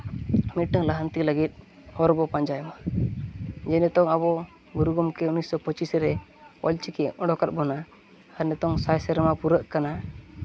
ᱢᱤᱫᱴᱟᱝ ᱞᱟᱦᱟᱱᱛᱤ ᱞᱟᱹᱜᱤᱫ ᱦᱚᱨ ᱵᱚ ᱯᱟᱸᱡᱟᱭᱟ ᱡᱮ ᱱᱤᱛᱚᱝ ᱟᱵᱚ ᱜᱩᱨᱩ ᱜᱚᱢᱠᱮ ᱩᱱᱤᱥᱥᱚ ᱯᱚᱸᱪᱤᱥ ᱨᱮ ᱚᱞ ᱪᱤᱠᱤ ᱩᱰᱩᱠᱟᱫ ᱵᱚᱱᱟ ᱟᱨ ᱱᱤᱛᱚᱝ ᱥᱟᱭ ᱥᱮᱨᱢᱟ ᱯᱩᱨᱟᱹᱜ ᱠᱟᱱᱟ